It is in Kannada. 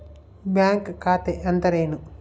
ಬ್ಯಾಂಕ್ ಖಾತೆ ಅಂದರೆ ಏನು?